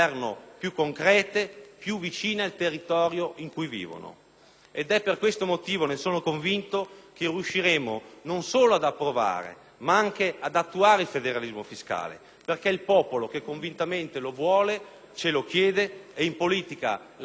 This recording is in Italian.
Ed è per questo motivo - ne sono convinto - che riusciremo non solo ad approvare, ma anche ad attuare il federalismo fiscale, perché il popolo che convintamente lo vuole ce lo chiede ed in politica la volontà popolare vince sempre.